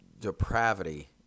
depravity